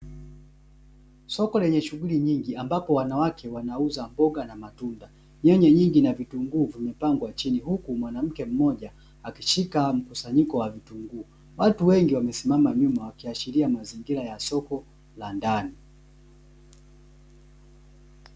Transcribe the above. Soko lenye shughuli nyingi ambapo wanawake wanauza mboga na matunda, nyanya nyingi na vitunguu vimepangwa chini huku mwanamke mmoja akishika mkusanyiko wa vitunguu watu wengi wamesimama nyuma wakiashiria mazingira ya soko la ndani.